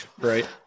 Right